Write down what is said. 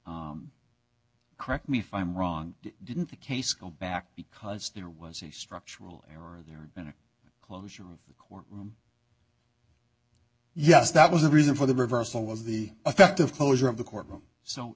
case correct me if i'm wrong didn't the case go back because there was a structural error there and a closure of the courtroom yes that was the reason for the reversal was the effect of closure of the courtroom so